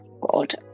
God